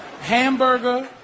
Hamburger